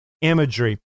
imagery